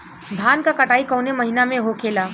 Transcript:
धान क कटाई कवने महीना में होखेला?